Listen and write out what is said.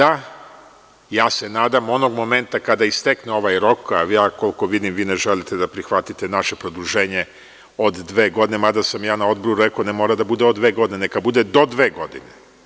Nadam se, da onog momenta kada istekne ovaj rok, a ja koliko vidim, vi ne želite da prihvatite naše produženje od dve godine mada sam ja na odboru rekao ne mora da bude dve godine, neka bude do dve godine.